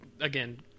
again